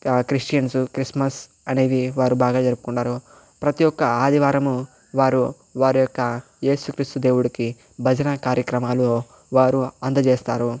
Christians Christmas అనేవి వారు బాగా జరుపుకుంటారు ప్రతి ఒక్క ఆదివారము వారు వారి యొక్క ఏసుక్రీస్తు దేవుడికి భజన కార్యక్రమాలు వారు అందజేస్తారు